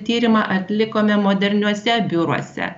tyrimą atlikome moderniuose biuruose